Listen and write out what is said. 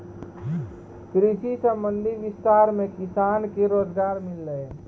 कृषि संबंधी विस्तार मे किसान के रोजगार मिल्लै